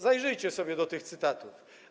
Zajrzyjcie sobie do tych cytatów.